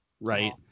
right